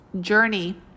journey